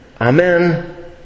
amen